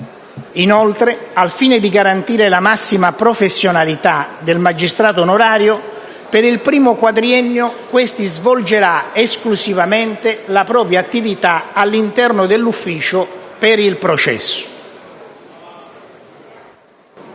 Inoltre, al fine di garantire la massima professionalità del magistrato onorario, per il primo quadriennio questi svolgerà esclusivamente la propria attività all'interno dell'ufficio per il processo.